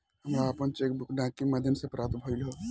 हमरा आपन cheque book डाक के माध्यम से प्राप्त भइल ह